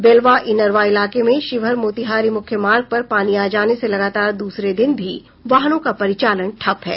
बेलवा इनरवा इलाके में शिवहर मोतिहारी मुख्य मार्ग पर पानी आ जाने से लगातार दूसरे दिन भी वाहनों का पारिचालन ठप्प है